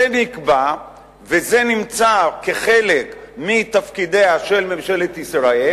זה נקבע וזה חלק מתפקידיה של ממשלת ישראל